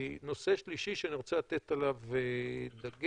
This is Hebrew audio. נושא שלישי שאני רוצה לתת עליו דגש,